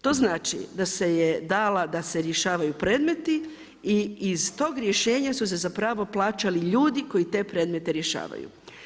To znači da se je dala da se rješavaju predmeti i iz tog rješenja su se plaćali ljudi koji te predmete rješavaju.